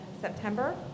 September